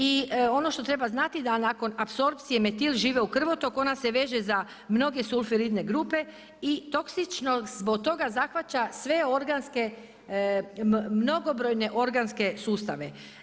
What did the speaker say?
I ono što treba znati da nakon apsorpcije metil žive u krvotok ona se veže za mnoge sulfdrilne grupe i toksičnost zbog toga zahvaća sve organske, mnogobrojne organske sustave.